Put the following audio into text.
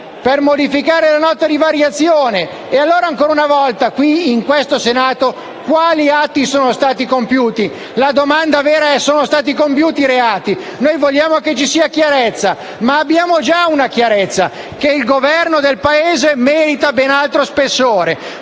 di modificare la Nota di variazione. Ancora una volta qui, in questo Senato, quali atti sono stati compiuti? La domanda vera è se sono stati compiuti reati. Noi vogliamo ci sia chiarezza, ma abbiamo già una chiarezza: il Governo del Paese merita ben altro spessore.